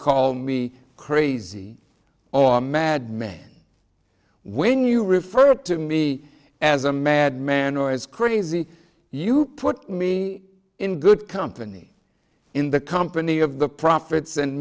call me crazy or mad men when you refer to me as a madman or is crazy you put me in good company in the company of the prophets and